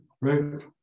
Right